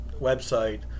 website